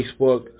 Facebook